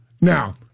Now